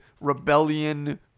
rebellion